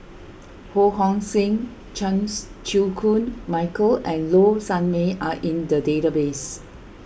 Ho Hong Sing Chans Chew Koon Michael and Low Sanmay are in the database